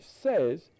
says